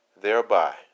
thereby